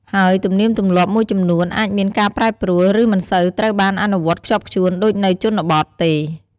ហើយទំនៀមទម្លាប់មួយចំនួនអាចមានការប្រែប្រួល ឬមិនសូវត្រូវបានអនុវត្តន៍ខ្ជាប់ខ្ជួនដូចនៅជនបទទេ។